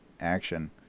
action